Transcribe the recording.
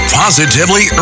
positively